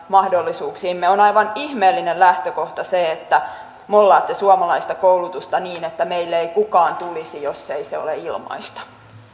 mahdollisuuksiimme on aivan ihmeellinen lähtökohta se että mollaatte suomalaista koulutusta niin että meille ei kukaan tulisi jos ei se ole ilmaista